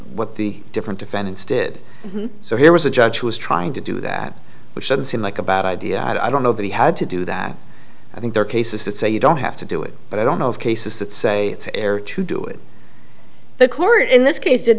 what the different defendants did so here was a judge who was trying to do that which should seem like a bad idea i don't know that he had to do that i think there are cases that say you don't have to do it but i don't know of cases that say it's error to do it the court in this case did